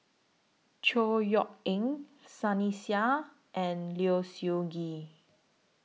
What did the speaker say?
Chor Yeok Eng Sunny Sia and Low Siew Nghee